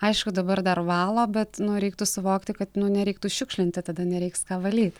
aišku dabar dar valo bet nu reiktų suvokti kad nu nereiktų šiukšlinti tada nereiks ką valyt